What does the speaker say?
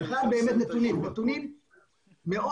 האחד, נתונים מאוד